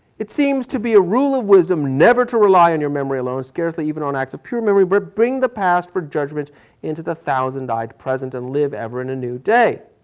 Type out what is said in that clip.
it seems to be a rule of wisdom never to rely on your memory alone. scarcely even on acts of pure memory will bring the past for judgment into the thousand eyed present to and live ever in a new day.